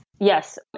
Yes